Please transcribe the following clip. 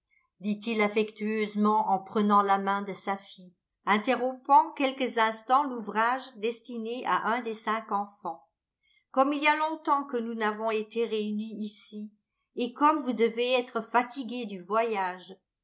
dit-il affectueusement en prenant la main de sa fille interrompant quelques instants l'ouvrage destiné à un des cinq enfants comme il y a longtemps que nous n'avons été réunis ici et comme vous devez être fatiguée du voyage